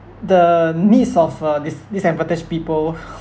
the needs of uh dis~ disadvantaged people